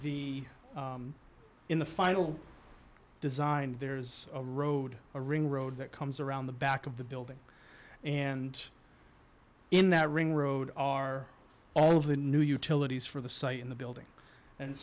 the in the final design and there's a road a ring road that comes around the back of the building and in that ring road are all of the new utilities for the site in the building and